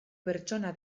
pertsona